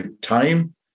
time